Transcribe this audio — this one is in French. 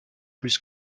plus